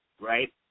right